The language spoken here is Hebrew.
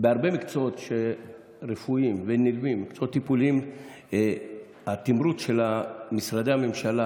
בהרבה מקצועות רפואיים נלווים התמרוץ של משרדי הממשלה